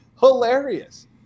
hilarious